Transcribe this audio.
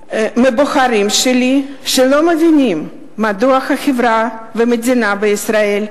מהבוחרים שלי, שלא מבינים מדוע החברה בישראל,